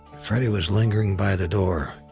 freddie was lingering by the door.